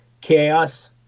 Chaos